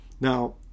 Now